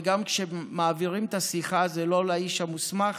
וגם כשמעבירים את השיחה זה לא לאיש המוסמך?